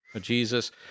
Jesus